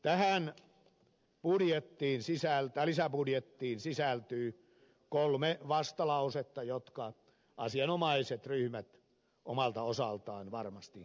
tähän lisäbudjettiin sisältyy kolme vastalausetta jotka asianomaiset ryhmät omalta osaltaan varmasti esittelevät